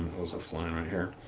was this line right here